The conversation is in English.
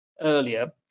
earlier